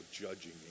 judging